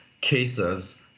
cases